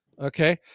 Okay